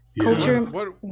culture